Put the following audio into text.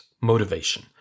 Motivation